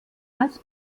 als